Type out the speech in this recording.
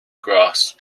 grass